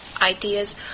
ideas